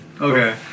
Okay